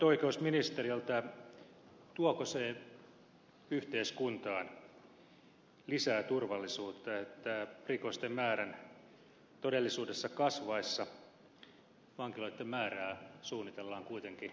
tuoko se yhteiskuntaan lisää turvallisuutta että rikosten määrän todellisuudessa kasvaessa vankiloitten määrää suunnitellaan kuitenkin vähennettäväksi